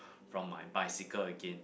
from my bicycle again